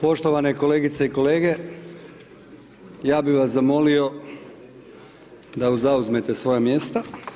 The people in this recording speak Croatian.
Poštovane kolegice i kolege, ja bi vas zamolio da zauzmete svoja mjesta.